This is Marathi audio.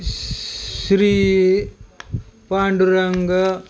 श्री पांडुरंग